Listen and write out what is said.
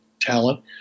talent